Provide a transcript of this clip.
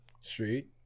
Street